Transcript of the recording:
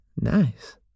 nice